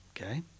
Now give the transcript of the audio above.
Okay